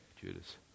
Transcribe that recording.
Judas